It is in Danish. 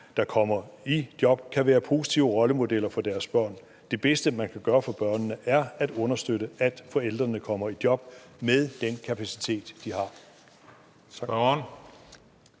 der kommer i job, kan være positive rollemodeller for deres børn. Det bedste, man kan gøre for børnene, er at understøtte, at forældrene kommer i job med den kapacitet, de har.